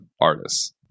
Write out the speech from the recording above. artists